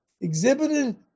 Exhibited